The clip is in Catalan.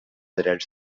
drets